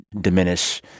diminish